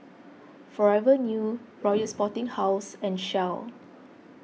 Forever New Royal Sporting House and Shell